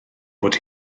bod